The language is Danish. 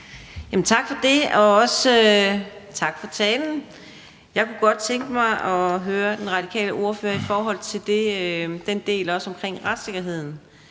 Tak for det, og også tak for talen. Jeg kunne godt tænke mig at høre den radikale ordfører om den del om retssikkerheden.